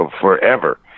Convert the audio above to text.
forever